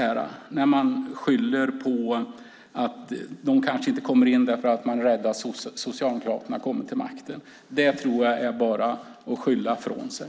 Man skyller på att de kanske inte kommer in därför att folk är rädda för att Socialdemokraterna kommer till makten. Jag tror att det bara är att skylla ifrån sig.